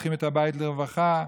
פותחים את הבית לרווחה.